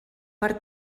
per